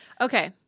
Okay